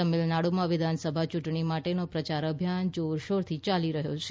તમિલનાડુમાં વિધાનસભા ચૂંટણી માટેનો પ્રચાર અભિયાન જોરશોરથી યાલી રહ્યો છે